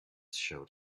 showed